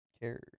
care